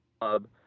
club